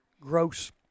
gross